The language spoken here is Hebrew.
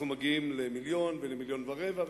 אנחנו מגיעים למיליון ולמיליון ורבע,